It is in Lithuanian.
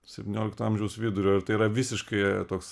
septyniolikto amžiaus vidurio ir tai yra visiškai toks